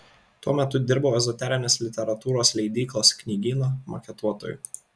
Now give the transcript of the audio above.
tuo metu dirbau ezoterinės literatūros leidyklos knygyno maketuotoju